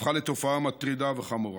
הפכה לתופעה מטרידה וחמורה.